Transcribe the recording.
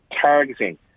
targeting